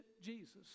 Jesus